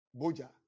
Boja